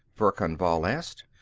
verkan vall asked.